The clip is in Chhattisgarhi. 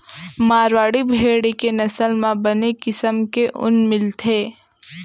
मारवाड़ी भेड़ी के नसल म बने किसम के ऊन मिलथे